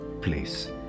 place